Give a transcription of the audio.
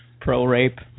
Pro-rape